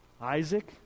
Isaac